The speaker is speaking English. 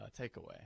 takeaway